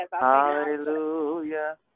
Hallelujah